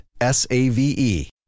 S-A-V-E